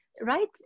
right